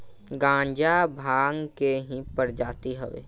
गांजा भांग के ही प्रजाति हवे